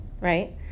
Right